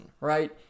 right